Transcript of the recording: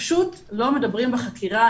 פשוט לא מדברים בחקירה,